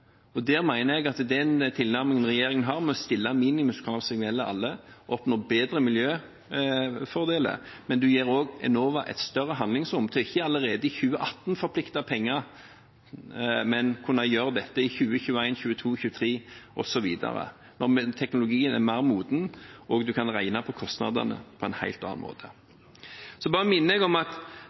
mener at man med den tilnærmingen regjeringen har, å stille minimumskrav som gjelder alle, oppnår bedre miljøfordeler. Man gir også Enova et større handlingsrom til ikke allerede i 2018 å forplikte penger, men å kunne gjøre dette i 2020, 2021, 2022, 2023 osv., når teknologien er mer moden og man kan regne på kostnadene på en helt annen måte. Så bare minner jeg dem som har sagt at